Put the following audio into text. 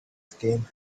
scheme